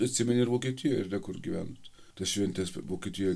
atsimeni ir vokietijoj ar ne kur gyvenot tas šventes vokietijoj